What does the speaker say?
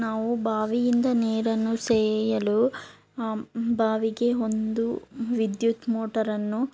ನಾವು ಬಾವಿಯಿಂದ ನೀರನ್ನು ಸೇದಲು ಬಾವಿಗೆ ಒಂದು ವಿದ್ಯುತ್ ಮೋಟರನ್ನು